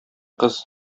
кыз